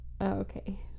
Okay